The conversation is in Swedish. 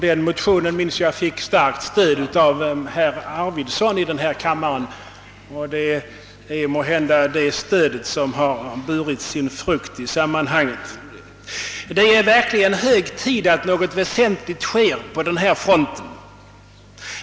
Den motionen fick starkt stöd av herr Arvidson i denna kammare. Det är måhända det stödet som har burit sin frukt i sammanhanget. Det är verkligen hög tid att något väsentligt sker på den här fronten.